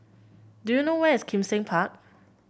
do you know where is Kim Seng Park